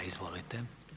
Izvolite.